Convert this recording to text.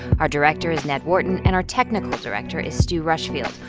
our director is ned wharton. and our technical director is stu rushfield.